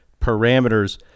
parameters